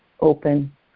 open